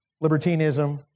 libertinism